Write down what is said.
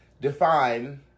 define